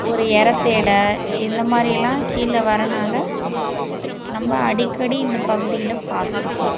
ஒரு எரைத்தேட இந்தமாதிரிலாம் கீழே வரதுனால நம்ம அடிக்கடி இந்த பகுதியில் பாத்திருக்கோம்